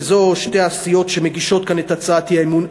ואלה שתי הסיעות שמגישות כאן את הצעת האי-אמון,